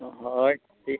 ᱦᱳᱭ ᱴᱷᱤᱠ